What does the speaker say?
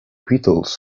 petals